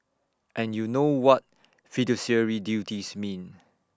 and you know what fiduciary duties mean